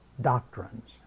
doctrines